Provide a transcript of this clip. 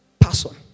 person